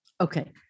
Okay